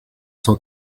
cent